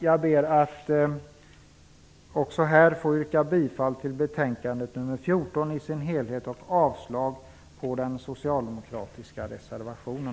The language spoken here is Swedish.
Jag ber att få yrka bifall till betänkande nr 14 i dess helhet och avslag på den socialdemokratiska reservationen.